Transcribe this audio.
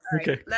Okay